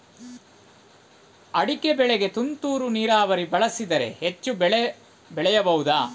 ಅಡಿಕೆ ಬೆಳೆಗೆ ತುಂತುರು ನೀರಾವರಿ ಬಳಸಿದರೆ ಹೆಚ್ಚು ಬೆಳೆ ಬೆಳೆಯಬಹುದಾ?